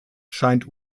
scheint